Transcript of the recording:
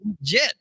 legit